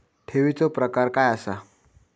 ठेवीचो प्रकार काय असा?